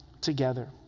together